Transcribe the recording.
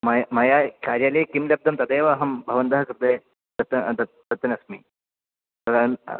मया मया कार्यालये किं दत्तं तदेव अहं भवन्तः कृते तत्र दत्तन् अस्मि तदा